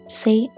say